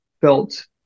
felt